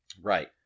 Right